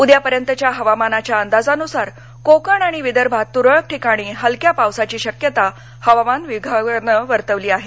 उद्यापर्यंतच्या हवामानाच्या अंदाजानुसार कोकण आणि विदर्भात तुरळक ठिकाणी हलक्या पावसाची शक्यता हवामान विभागानं वर्तवली आहे